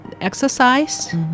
exercise